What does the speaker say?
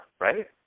right